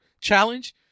challenge